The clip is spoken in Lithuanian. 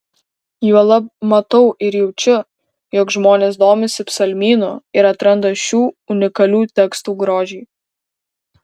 juolab matau ir jaučiu jog žmonės domisi psalmynu ir atranda šių unikalių tekstų grožį